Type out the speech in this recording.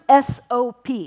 SOP